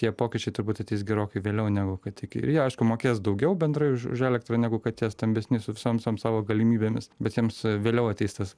tie pokyčiai turbūt ateis gerokai vėliau negu kad tik ir jie aišku mokės daugiau bendrai už elektrą negu kad tie stambesni su visom savo galimybėmis bet jiems vėliau ateis tas